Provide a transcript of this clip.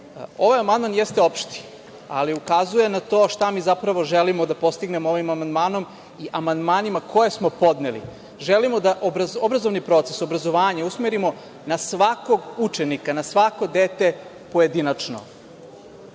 amandman jeste opšti, ali ukazuje na to šta mi zapravo želimo da postignemo ovim amandmanima koje smo podneli. Želimo da obrazovni proces, obrazovanje, usmerimo na svakog učenika, na svako dete, pojedinačno. Ovaj